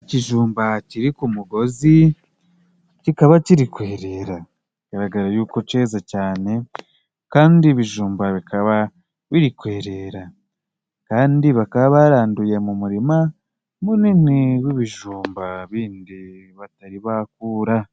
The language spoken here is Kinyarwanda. Ikijumba kiri ku umugozi kikaba kiri kwerera, biragaragara yuko ceza cane. Kandi ibijumba bikaba birikwerera, kandi bakaba baranduye mu umurima munini w'ibijumba bindi batari bakura.